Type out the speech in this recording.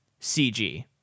CG